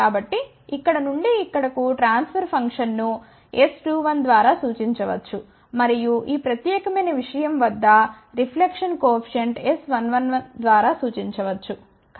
కాబట్టి ఇక్కడ నుండి ఇక్కడకు ట్రాన్ఫర్ ఫంక్షన్ను S21 ద్వారా సూచించవచ్చు మరియు ఈ ప్రత్యేకమైన విషయం వద్ద రిఫ్లెక్షన్ కోఎఫిషియంట్ S11 ద్వారా సూచించవచ్చు